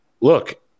look